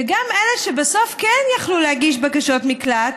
וגם אלה שבסוף כן יכלו להגיש בקשות מקלט,